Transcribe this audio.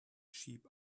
sheep